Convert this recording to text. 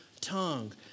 tongue